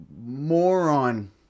moron